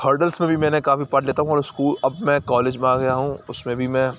hurdles میں بھی میں نے کافی پاٹ لیتا ہوں اور اسکو اب میں کالج میں آ گیا ہوں اس میں بھی میں